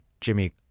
Jimmy